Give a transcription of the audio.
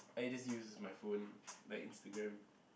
I just use my phone like Instagram